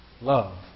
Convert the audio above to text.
love